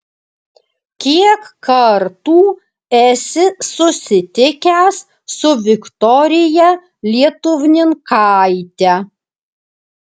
kiek kartų esi susitikęs su viktorija lietuvninkaite